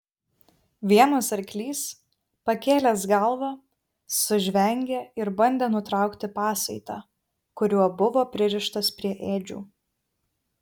vienas arklys pakėlęs galvą sužvengė ir bandė nutraukti pasaitą kuriuo buvo pririštas prie ėdžių